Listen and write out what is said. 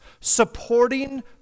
supporting